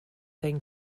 thing